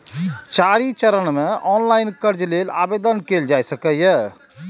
चारि चरण मे ऑनलाइन कर्ज लेल आवेदन कैल जा सकैए